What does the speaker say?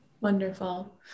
Wonderful